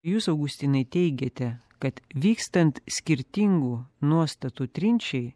jūs augustinai teigiate kad vykstant skirtingų nuostatų trinčiai